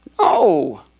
No